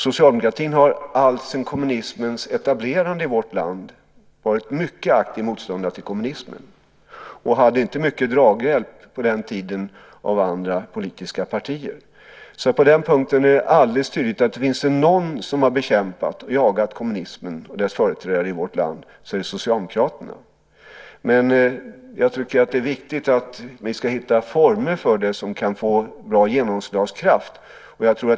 Socialdemokratin har alltsedan kommunismens etablerande i vårt land varit mycket aktiv motståndare till kommunismen och hade inte mycket draghjälp på den tiden av andra politiska partier. På den punkten är det alldeles tydligt att om det finns någon som har bekämpat kommunismen och jagat dess företrädare i vårt land är det Socialdemokraterna. Det är viktigt att vi ska hitta former för det som kan få bra genomslagskraft.